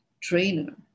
trainer